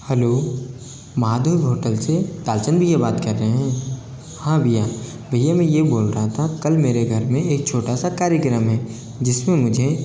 hello Madhav hotel से पालचंद भईया बात कर रहे हैं हाँ भईया भईया मैं ये बोल रहा था कल मेरे घर में एक छोटा सा कार्यक्रम है जिस में मुझे